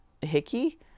Hickey